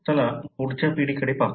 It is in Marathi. चला पुढच्या पिढीकडे पाहू